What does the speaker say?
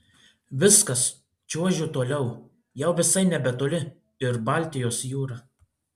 viskas čiuožiu toliau jau visai nebetoli ir baltijos jūra